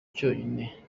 cyonyine